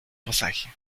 pasaje